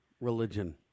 religion